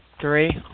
Three